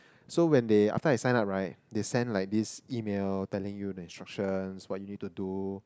so when they after I sign up right they send like this email telling you the instructions what you need to do